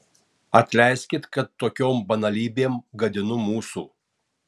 atleiskit kad tokiom banalybėm gadinu mūsų